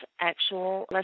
actual